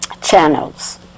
Channels